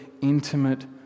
intimate